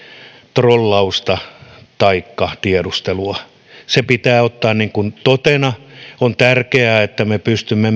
trollausta taikka tiedustelua se pitää ottaa totena on tärkeää että me pystymme